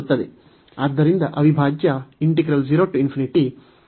ಆದ್ದರಿಂದ ಅವಿಭಾಜ್ಯ ಒಮ್ಮುಖವಾಗುತ್ತದೆ